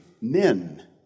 men